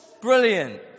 brilliant